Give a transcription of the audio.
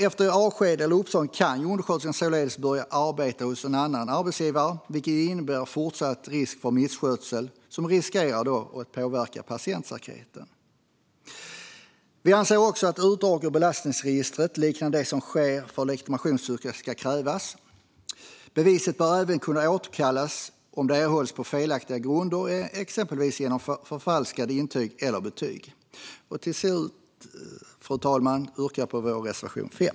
Efter avsked eller uppsägning kan undersköterskan således börja arbeta hos annan arbetsgivare, vilket kan innebära fortsatt risk för misskötsel som riskerar att påverka patientsäkerheten. Vi anser också att utdrag ur belastningsregistret liknande det som sker för legitimationsyrken ska krävas. Beviset bör även kunna återkallas om det erhållits på felaktiga grunder, exempelvis genom förfalskade intyg eller betyg. Fru talman! Jag yrkar bifall till reservation 5.